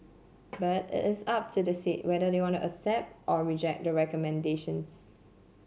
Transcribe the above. but it is up to the state whether they want to accept or reject the recommendations